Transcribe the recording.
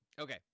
okay